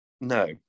No